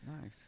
Nice